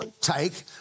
take